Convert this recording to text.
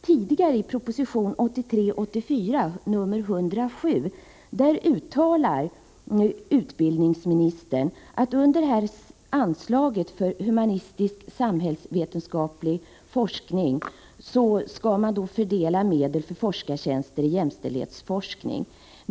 Tidigare, i proposition 1983/84:107, uttalade utbildningsministern att det under anslaget Humanistisksamhällsvetenskapliga forskningsrådet kommer att beräknas medel för forskartjänster i jämställdhetsforskning.